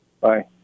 Bye